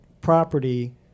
property